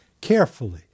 Carefully